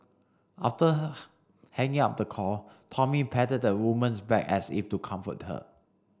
after hanging up the call Tommy patted the woman's back as if to comfort her